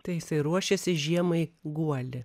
tai jisai ruošėsi žiemai guolį